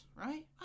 right